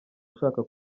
ushaka